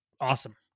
awesome